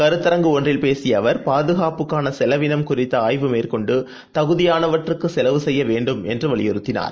கருத்தரங்கு பேசியஅவர் பாதுகாப்புக்கானசெலவினம் ஒன்றில் குறித்தஆய்வு மேற்கொண்டுதகுதியானவற்றுக்குசெலவு செய்யவேண்டும் என்றுவலியுறுத்தினார்